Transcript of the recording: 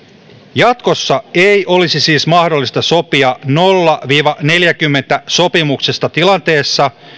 jatkossa ei olisi siis mahdollista sopia nolla viiva neljäkymmentä sopimuksesta tilanteessa